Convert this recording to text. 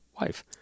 wife